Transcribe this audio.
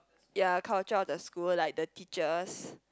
ya culture of the school like the teachers